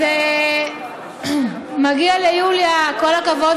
אז מגיע ליוליה כל הכבוד,